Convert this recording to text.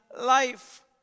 life